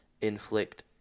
inflict